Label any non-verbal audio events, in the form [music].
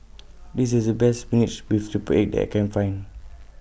[noise] This IS The Best Spinach with Triple Egg that I Can Find